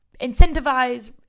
incentivize